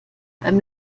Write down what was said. beim